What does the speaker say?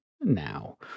now